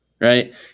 right